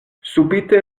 subite